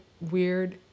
weird